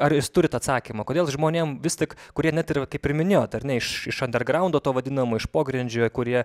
ar jūs turit atsakymą kodėl žmonėm vis tik kurie net ir va kaip ir minėjot ar ne iš iš andergraundo to vadinamo iš pogrindžio kurie